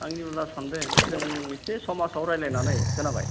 आंनिब्ला सान्दों जों एसे समाजाव रायज्लायनानै खोनाबाय